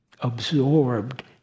absorbed